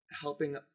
helping